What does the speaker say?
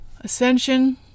ascension